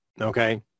okay